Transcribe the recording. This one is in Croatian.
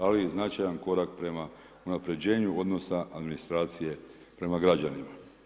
Ali i značajan korak prema unapređenju odnosa administracije prema građanima.